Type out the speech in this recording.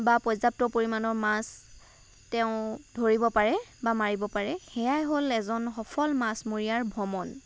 বা পৰ্যাপ্ত পৰিমাণৰ মাছ তেওঁ ধৰিব পাৰে বা মাৰিব পাৰে সেয়াই হ'ল এজন সফল মাছমৰীয়াৰ ভ্ৰমণ